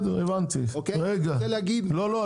אני רוצה להגיב --- לא,